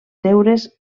deures